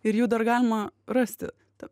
ir jų dar galima rasti tad